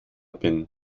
bin